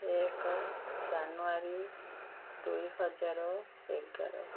ଏକ ଜାନୁଆରୀ ଦୁଇହଜାର ଏଗାର